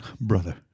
Brother